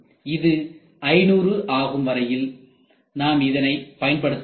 இது 500 ஆகும் வரையில் நாம் இதனை பயன்படுத்தலாம்